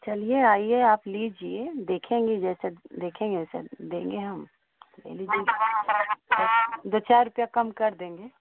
चलिए आइए आप लीजिए देखेंगे जैसे देखेंगे जैसे देंगे हम डेली दो चार रुपया कम कर देंगे